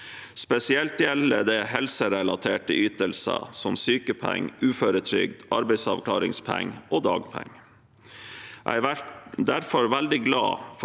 Spesielt gjelder det helserelaterte ytelser, som sykepenger, uføretrygd, arbeidsavklaringspenger og dagpenger. Jeg er derfor veldig glad for